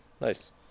Nice